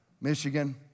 Michigan